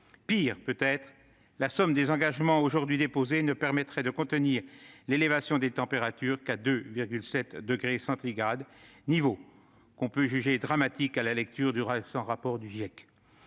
Pis, peut-être, la somme des engagements aujourd'hui déposés ne permettrait de contenir l'élévation des températures qu'à 2,7 degrés centigrades, niveau qu'on peut juger dramatique à la lecture du récent rapport du Groupe